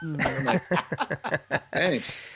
thanks